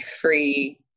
free